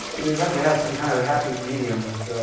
we have to have some kind of happy medium with